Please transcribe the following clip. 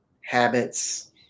habits